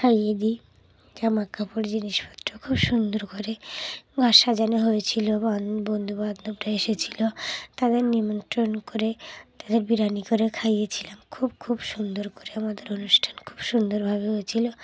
খাইয়ে দিই জামাকাপড় জিনিসপত্র খুব সুন্দর করে ঘর সাজানো হয়েছিলো বন্ধু বান্ধবরা এসেছিলো তাদের নিমন্ত্রণ করে তাদের বিরিয়ানি করে খাইয়েছিলাম খুব খুব সুন্দর করে আমাদের অনুষ্ঠান খুব সুন্দরভাবে হয়েছিলো